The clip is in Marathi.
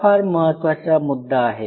हा फार महत्वाचा मुद्दा आहे